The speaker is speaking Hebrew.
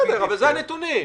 בסדר, אלה הנתונים.